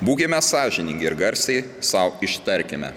būkime sąžiningi ir garsiai sau ištarkime